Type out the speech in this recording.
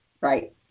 right